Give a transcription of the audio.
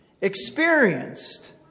experienced